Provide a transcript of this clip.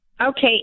Okay